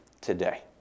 today